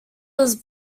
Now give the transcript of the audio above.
was